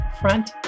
Front